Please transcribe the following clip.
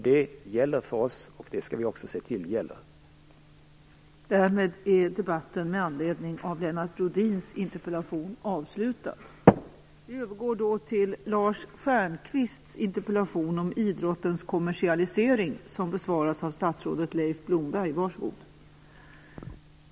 Det gäller för oss, och det skall vi också se till att det gäller.